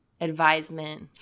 advisement